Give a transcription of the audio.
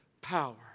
power